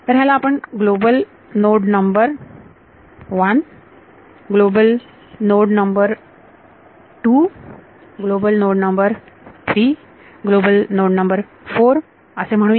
तर ह्याला आपण global node number 1 global node number 2 global node number 3 global node number 4 असे म्हणूया